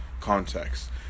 context